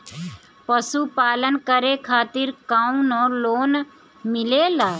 पशु पालन करे खातिर काउनो लोन मिलेला?